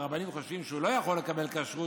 והרבנים חושבים שהוא לא יכול לקבל כשרות,